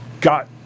got